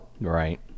Right